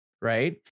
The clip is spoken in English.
right